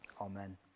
Amen